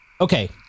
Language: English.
Okay